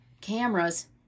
cameras